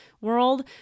world